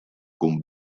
kon